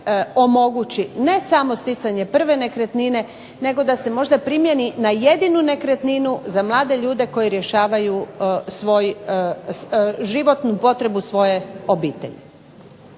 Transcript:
omogući ne samo sticanje prve nekretnine, nego da se možda primjeni za jednu nekretninu za mlade ljude koji rješavaju životnu potrebu svoje obitelji.